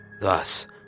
thus